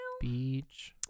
Beach